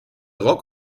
rock